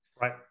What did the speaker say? Right